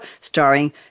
starring